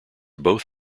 both